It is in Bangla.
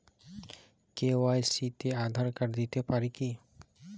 কে.ওয়াই.সি তে আঁধার কার্ড দিতে পারি কি?